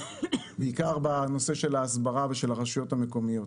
בעיקר בנושא של ההסברה ושל הרשויות המקומיות.